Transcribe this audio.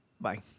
Bye